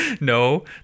No